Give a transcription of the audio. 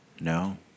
No